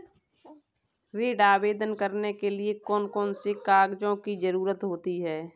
ऋण आवेदन करने के लिए कौन कौन से कागजों की जरूरत होती है?